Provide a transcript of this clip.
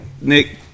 Nick